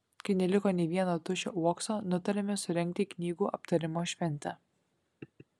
kai neliko nė vieno tuščio uokso nutarėme surengti knygų aptarimo šventę